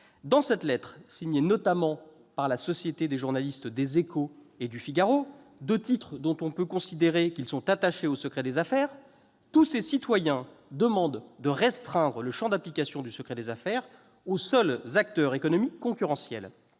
Dans cette lettre, signée notamment par la société des journalistes des et du deux titres dont on peut considérer qu'ils sont attachés au secret des affaires, tous ces citoyens demandent de restreindre le champ d'application de ce même secret aux seuls acteurs économiques concurrentiels.